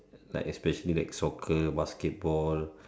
like especially like soccer basketball